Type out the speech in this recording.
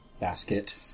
basket